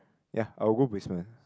ya I'll go basement